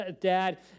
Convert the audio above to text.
dad